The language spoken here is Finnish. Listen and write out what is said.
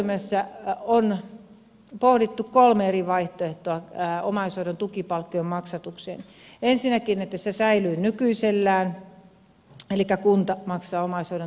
tässä työryhmässä on pohdittu kolmea eri vaihtoehtoa omaishoidon tukipalkkion maksatukseen ensinnäkin että se säilyy nykyisellään elikkä kunta maksaa omaishoidon tukipalkkion